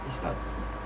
this type of